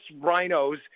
rhinos